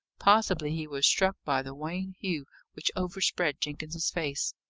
possibly he was struck by the wan hue which overspread jenkins's face.